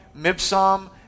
Mibsam